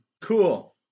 cool